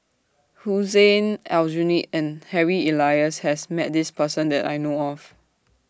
Hussein Aljunied and Harry Elias has Met This Person that I know of